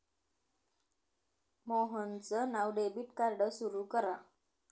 मोहनचं नवं debit card सुरू करा